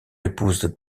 épouse